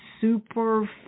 super